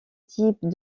type